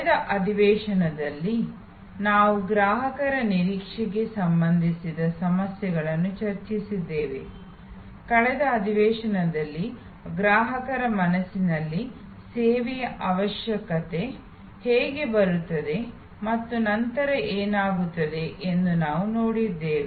ಕಳೆದ ಅಧಿವೇಶನದಲ್ಲಿ ನಾವು ಗ್ರಾಹಕರ ನಿರೀಕ್ಷೆಗೆ ಸಂಬಂಧಿಸಿದ ಸಮಸ್ಯೆಗಳನ್ನು ಚರ್ಚಿಸಿದ್ದೇವೆ ಕಳೆದ ಅಧಿವೇಶನದಲ್ಲಿ ಗ್ರಾಹಕರ ಮನಸ್ಸಿನಲ್ಲಿ ಸೇವೆಯ ಅವಶ್ಯಕತೆ ಹೇಗೆ ಬರುತ್ತದೆ ಮತ್ತು ನಂತರ ಏನಾಗುತ್ತದೆ ಎಂದು ನಾವು ನೋಡಿದ್ದೇವೆ